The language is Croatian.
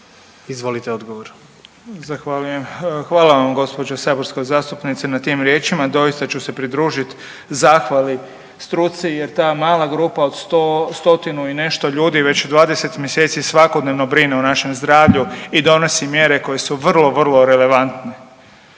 Zahvaljujem. Hvala vam gospođo saborska zastupnice na tim riječima, doista ću se pridružiti zahvali stuci jer ta mala grupa od stotinu i nešto ljudi već 20 mjeseci svakodnevno brine o našem zdravlju i donosi mjere koje su vrlo, vrlo relevantne.